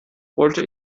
wollte